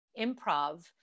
improv